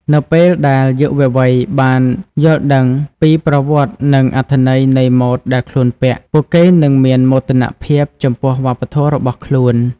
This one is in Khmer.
នៅពេលដែលយុវវ័យបានយល់ដឹងពីប្រវត្តិនិងអត្ថន័យនៃម៉ូដដែលខ្លួនពាក់ ពួកគេនឹងមានមោទនភាពចំពោះវប្បធម៌របស់ខ្លួន។